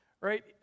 Right